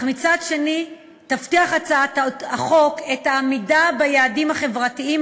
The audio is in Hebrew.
אך מצד שני תבטיח את העמידה ביעדים החברתיים